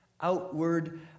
outward